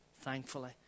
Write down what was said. thankfully